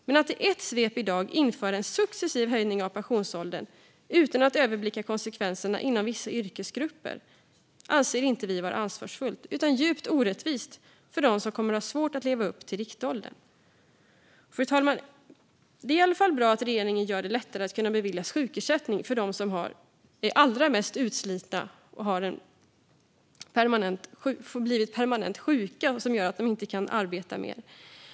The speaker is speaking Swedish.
Men att i ett svep i dag införa en successiv höjning av pensionsåldern utan att överblicka konsekvenserna inom vissa yrkesgrupper anser vi inte vara ansvarsfullt utan djupt orättvist för dem som kommer att ha svårt att leva upp till riktåldern. Fru talman! Det är i alla fall bra att regeringen gör det lättare att kunna beviljas sjukersättning för dem som är allra mest utslitna, har blivit permanent sjuka och därmed inte kan arbeta mer.